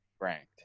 ranked